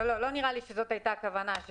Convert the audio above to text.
לא נראה לי שזאת הייתה הכוונה.